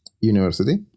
university